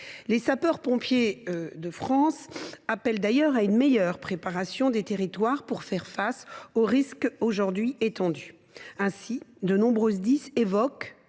aux sapeurs pompiers. Ces derniers appellent d’ailleurs à une meilleure préparation des territoires pour faire face à ces risques aujourd’hui étendus. Ainsi, de nombreux Sdis évoquent